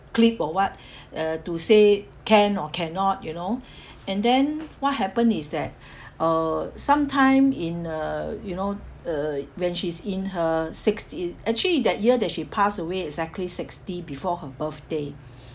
clip or what uh to say can or cannot you know and then what happen is that uh sometime in uh you know uh when she's in her sixty actually that year that she passed away exactly sixty before her birthday